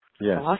Yes